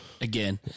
Again